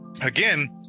again